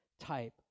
type